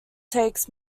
takes